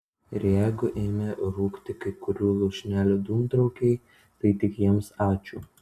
ir jeigu ėmė rūkti kai kurių lūšnelių dūmtraukiai tai tik jiems ačiū